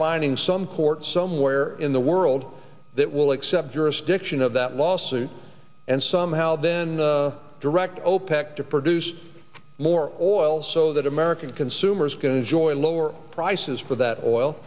finding some court somewhere in the world that will accept jurisdiction of that lawsuit and somehow then direct opec to produce more oil so that american consumers can to joy lower prices for that oil